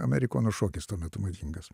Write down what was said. amerikono šokis tuo metu madingas